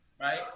right